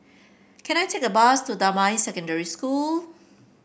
can I take a bus to Damai Secondary School